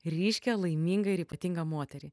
ryškią laimingą ir ypatingą moterį